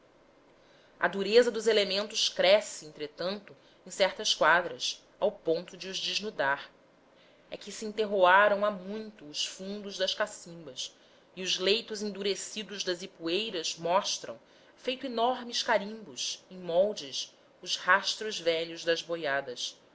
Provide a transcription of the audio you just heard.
a dureza dos elementos cresce entretanto em certas quadras ao ponto de os desnudar é que se enterroaram há muito os fundos das cacimbas e os leitos endurecidos das ipueiras mostram feito enormes carimbos em moldes os rastros velhos das boiadas